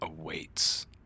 awaits